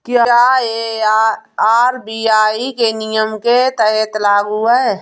क्या यह आर.बी.आई के नियम के तहत लागू है?